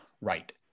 right